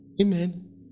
Amen